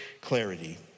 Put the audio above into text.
clarity